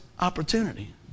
opportunity